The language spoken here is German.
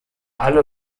alle